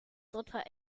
dritter